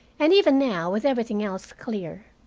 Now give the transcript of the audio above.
and even now, with everything else clear,